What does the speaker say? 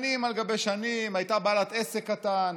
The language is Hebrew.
שנים על גבי שנים הייתה בעלת עסק קטן,